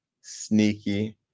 sneaky